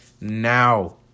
now